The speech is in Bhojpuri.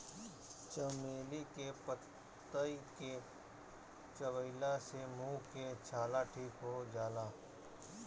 चमेली के पतइ के चबइला से मुंह के छाला ठीक हो जाला